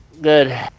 Good